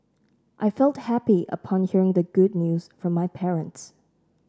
I felt happy upon hearing the good news from my parents